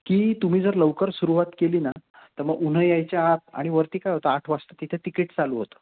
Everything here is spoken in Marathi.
की तुम्ही जर लवकर सुरुवात केली ना तर मग उन्हं यायच्या आत आणि वरती काय होतं आठ वाजता तिथे तिकीट चालू होतं